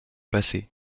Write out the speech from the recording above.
passé